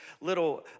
little